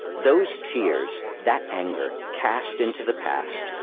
those tears, that anger, cast into the past,